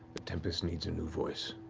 the tempest needs a new voice.